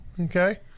Okay